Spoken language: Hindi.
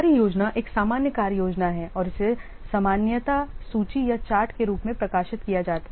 कार्य योजना एक सामान्य कार्य योजना है और इसे सामान्यतः सूची या चार्ट के रूप में प्रकाशित किया जाता है